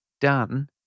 done